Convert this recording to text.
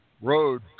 road